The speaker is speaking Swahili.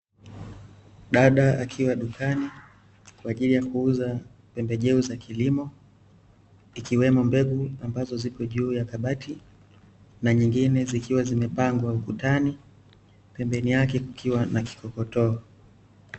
Dada akiwa dukani kwa ajili ya kuuza pembejeo za kilimo, ikiwemo mbegu ambazo zipo juu ya kabati, na nyingine zikiwa zimepangwa ukutani, pembeni yake kukiwa na kikokotoo.